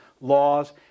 laws